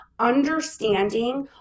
understanding